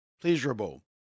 pleasurable